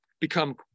become